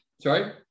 Sorry